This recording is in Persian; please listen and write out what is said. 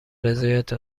رضایت